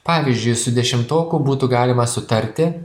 pavyzdžiui su dešimtoku būtų galima sutarti